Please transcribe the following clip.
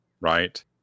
right